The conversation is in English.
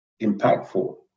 impactful